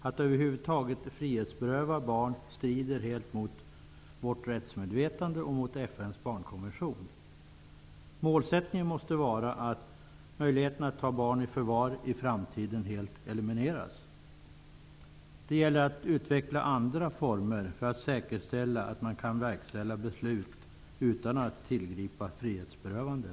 Att över huvud taget frihetsberöva barn strider helt mot vårt rättsmedvetande och mot FN:s barnkonvention. Målsättningen måste vara att möjligheterna att ta barn i förvar i framtiden helt elimineras. Det gäller att utveckla andra former för att säkerställa att man kan verkställa beslut utan att tillgripa frihetsberövande.